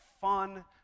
fun